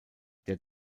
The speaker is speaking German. der